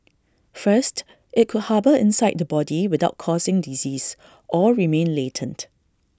first IT could harbour inside the body without causing disease or remain latent